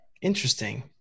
Interesting